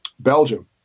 belgium